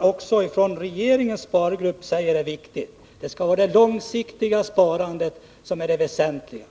Också regeringens spargrupp säger ju att det är det långsiktiga sparandet som är det väsentliga.